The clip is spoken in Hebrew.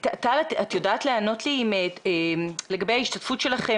את יודעת לומר לי לגבי ההשתתפות שלכם